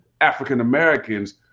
African-Americans